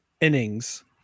innings